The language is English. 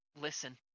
Listen